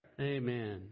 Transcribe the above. amen